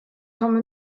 komme